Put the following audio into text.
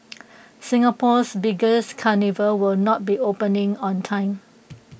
Singapore's biggest carnival will not be opening on time